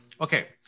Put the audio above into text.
Okay